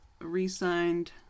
re-signed